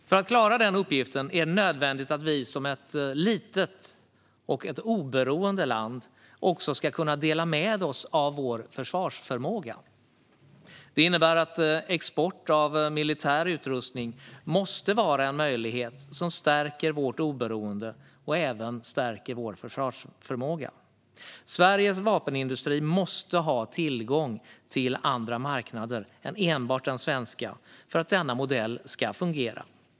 För att klara den uppgiften är det nödvändigt att Sverige som ett litet och oberoende land också delar med sig av sin försvarsförmåga. Det innebär att export av militär utrustning måste vara möjligt för att stärka vårt oberoende och även stärka vår försvarsförmåga. Sveriges vapenindustri måste ha tillgång till andra marknader än enbart den svenska för att denna modell ska fungera.